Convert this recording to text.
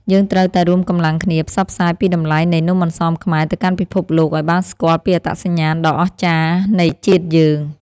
យើងត្រូវតែរួមកម្លាំងគ្នាផ្សព្វផ្សាយពីតម្លៃនៃនំអន្សមខ្មែរទៅកាន់ពិភពលោកឱ្យបានស្គាល់ពីអត្តសញ្ញាណដ៏អស្ចារ្យនៃជាតិយើង។